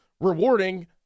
rewarding